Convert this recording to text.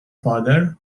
father